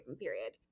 period